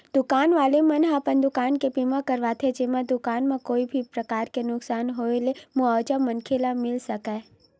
दुकान वाले मन ह अपन दुकान के बीमा करवाथे जेमा दुकान म कोनो भी परकार ले नुकसानी के होय म मुवाजा मनखे ल मिले सकय